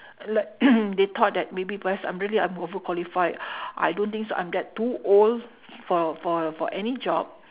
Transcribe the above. like they thought that maybe perhaps I'm really I'm over-qualified I don't think so I'm that too old for for for any job